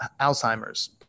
Alzheimer's